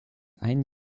ein